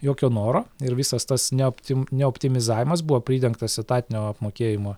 jokio noro ir visas tas neopti neoptimizavimas buvo pridengtas etatinio apmokėjimo